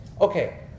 Okay